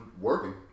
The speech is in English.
working